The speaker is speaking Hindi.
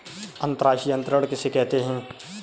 अंतर्राष्ट्रीय अंतरण किसे कहते हैं?